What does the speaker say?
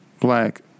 black